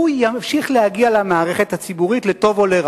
הוא ימשיך להגיע למערכת הציבורית, לטוב או לא,